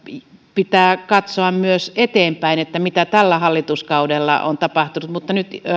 pitää katsoa myös eteenpäin mitä tällä hallituskaudella on tapahtunut mutta nyt